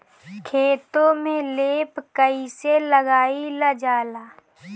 खेतो में लेप कईसे लगाई ल जाला?